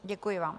Děkuji vám.